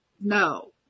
No